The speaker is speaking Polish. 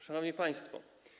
Szanowni Państwo!